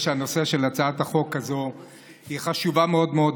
אני חושב שהנושא של הצעת החוק הזאת הוא חשוב מאוד מאוד.